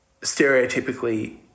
stereotypically